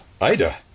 Ida